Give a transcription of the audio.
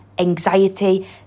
anxiety